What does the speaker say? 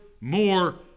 more